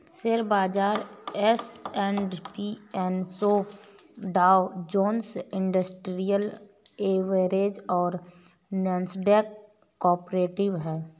share बाजार S and P पनसो Dow Jones industrial average और नैस्डैक कंपोजिट है